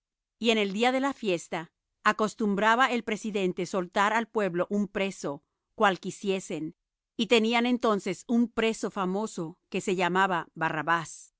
y en el día de la fiesta acostumbraba el presidente soltar al pueblo un preso cual quisiesen y tenían entonces un preso famoso que se llamaba barrabás